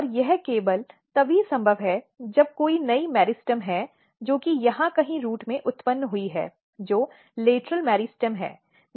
और यह केवल तभी संभव है जब कोई नई मेरिस्टेम है जो कि यहां कहीं रूट में उत्पन्न हुई है जो लेटरल मेरिस्टेम है